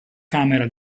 camera